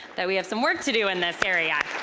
that we have some work to do in this area!